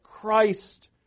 Christ